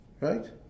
right